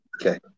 Okay